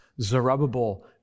Zerubbabel